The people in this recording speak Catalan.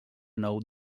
nou